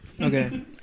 Okay